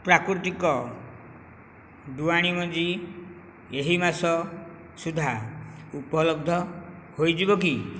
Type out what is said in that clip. ପ୍ରାକୃତିକ ଡୁଆଣି ମଞ୍ଜି ଏହି ମାସ ସୁଦ୍ଧା ଉପଲବ୍ଧ ହୋଇଯିବ କି